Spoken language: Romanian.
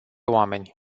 oameni